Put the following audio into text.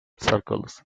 circles